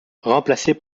remplacé